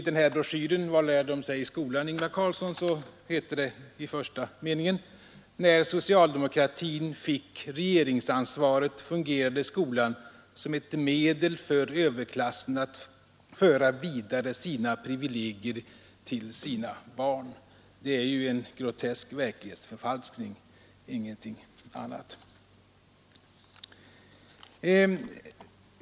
I broschyren Vad lär de sig i skolan, Ingvar Carlsson? heter det i första meningen: ”När socialdemokratin fick regeringsansvaret fungerade skolan som ett medel för överklassen att föra vidare sina privilegier till sina barn.” Det är ju en grotesk verklighetsförfalskning, ingenting annat.